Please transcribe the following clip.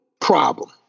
problem